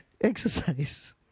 Exercise